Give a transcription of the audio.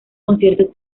conciertos